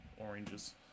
oranges